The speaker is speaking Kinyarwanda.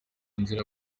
nzira